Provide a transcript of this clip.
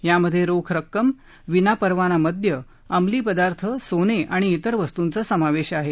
यामधे रोख रक्कम विना परवाना मद्य अंमली पदार्थ सोने आणि इतर वस्तूंचा समावेश आहे